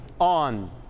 on